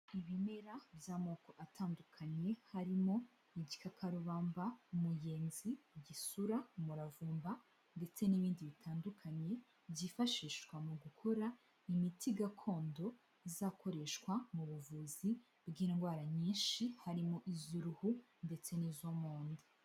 Ibimera by'amoko atandukanye harimo igikakarubamba, umuyenzi, igisura, umuravumba ndetse n'ibindi bitandukanye byifashishwa mu gukora imiti gakondo izakoreshwa mu buvuzi bw'indwara nyinshi, harimo iz'uruhu ndetse n'izo mu nda.